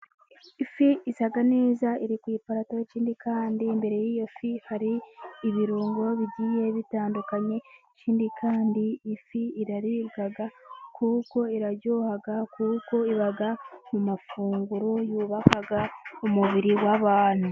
Ifi isa neza iri ku iparato ikindi kandi imbere y'iyo fi hari ibirungo bigiye bitandukanye, ikindi kandi ifi iraribwa kuko iraryoha kuko iba mu mafunguro yubaka umubiri w'abantu.